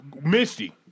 Misty